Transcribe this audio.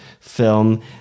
film